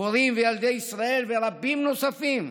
הורים וילדי ישראל ורבים נוספים,